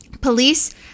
Police